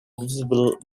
visible